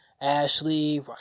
Ashley